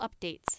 updates